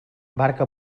barca